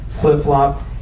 flip-flop